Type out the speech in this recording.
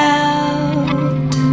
out